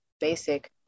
basic